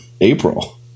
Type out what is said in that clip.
April